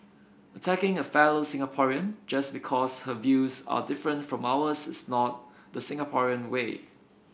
attacking a fellow Singaporean just because her views are different from ours is not the Singaporean way